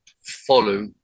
follow